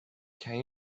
can